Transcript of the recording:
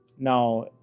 Now